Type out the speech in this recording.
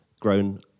grown